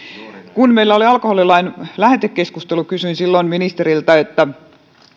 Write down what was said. kun meillä oli alkoholilain lähetekeskustelu kysyin silloin ministeriltä että